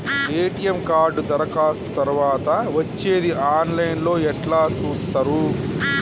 ATM card దరఖాస్తు తరువాత వచ్చేది ఆన్ లైన్ లో ఎట్ల చూత్తరు?